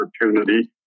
opportunity